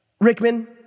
Rickman